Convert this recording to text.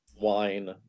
wine